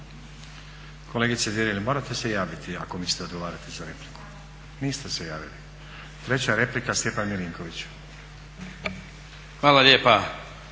Kolegice Tireli, morate se javiti ako mislite odgovarati za repliku. Niste se javili. Treća replika Stjepan Milinković. **Milinković,